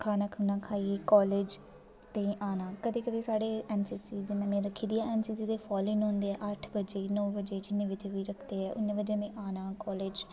खाना खूना खाइयै कॉलेज़ ते आना कदें कदें साढ़े एन सी सी कन्नै मे रक्खी दी ऐ एन सी सी दे फॉल्न होंदे अट्ठ बजे नौ बजे जि'न्ने बजे बी रखदे उ'न्ने बजे आना कॉलेज